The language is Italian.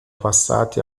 passati